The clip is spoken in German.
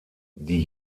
die